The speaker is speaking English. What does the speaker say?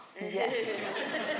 Yes